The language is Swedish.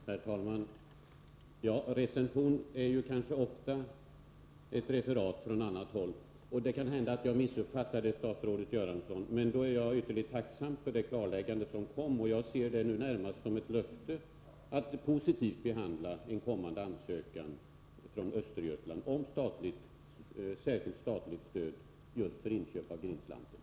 Herr talman! En recension är kanske ofta ett referat från annat håll. Det kan hända att jag missuppfattade statsrådet Göransson, och jag är ytterligt tacksam för hans klarläggande. Jag ser det närmast som ett löfte att han kommer att positivt behandla en kommande ansökan från Östergötland om särskilt statligt stöd just för inköp av Grindslanten.